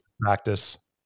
practice